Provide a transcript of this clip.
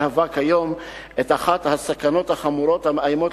מהווה כיום את אחת הסכנות החמורות המאיימות